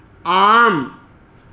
आम्